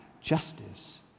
justice